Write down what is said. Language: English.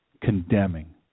condemning